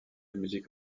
musique